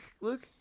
luke